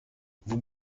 vous